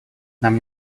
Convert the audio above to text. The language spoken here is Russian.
нам